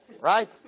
right